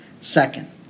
Second